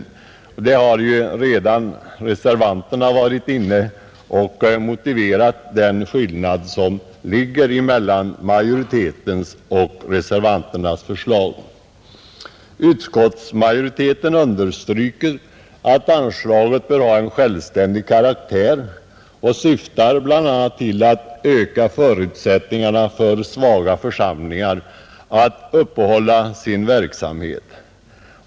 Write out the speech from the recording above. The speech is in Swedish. Reservanterna har ju redan varit inne på och motiverat den skillnad som ligger emellan majoritetens och reservanternas förslag. Utskottsmajoriteten understryker att anslaget bör ha en självständig karaktär och syfta bl.a. till att öka förutsättningarna för svaga församlingar att uppehålla sin verksamhet.